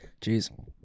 Jeez